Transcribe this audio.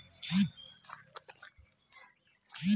আলুতে রোগ দেখা দিলে কিভাবে বুঝবো?